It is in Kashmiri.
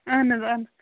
اہَن حظ اَن